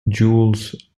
jules